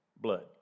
blood